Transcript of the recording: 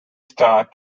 star